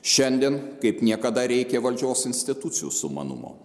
šiandien kaip niekada reikia valdžios institucijų sumanumo